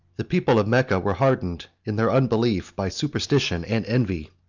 the people of mecca were hardened in their unbelief by superstition and envy.